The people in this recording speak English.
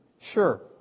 Sure